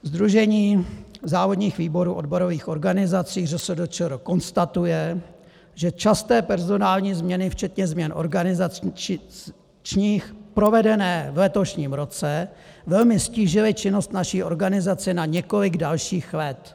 Sdružení závodních výborů odborových organizací ŘSD ČR konstatuje, že časté personální změny včetně změn organizačních provedené v letošním roce velmi ztížily činnost naší organizace na několik dalších let.